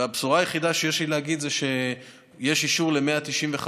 הבשורה היחידה שיש לי להגיד זה שיש אישור ל-195